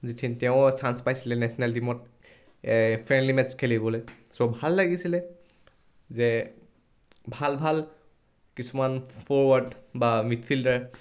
যিথিন তেওঁ চাঞ্চ পাইছিলে নেচনেল টিমত ফ্ৰেণ্ডলি মেটচ খেলিবলৈ চ' ভাল লাগিছিলে যে ভাল ভাল কিছুমান ফৰৱাৰ্ড বা মিডফিল্ডাৰ